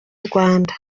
rwanda